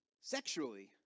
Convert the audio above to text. sexually